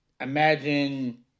imagine